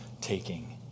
taking